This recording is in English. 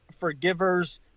forgivers